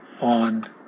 on